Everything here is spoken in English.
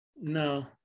No